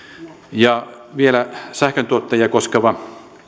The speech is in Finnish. ja vielä sähköntuottajia koskeva